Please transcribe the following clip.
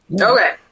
Okay